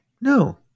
No